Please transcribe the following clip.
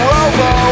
Robo